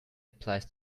applies